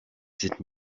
sind